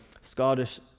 Scottish